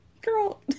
Girl